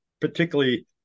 particularly